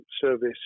service